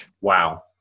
Wow